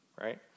right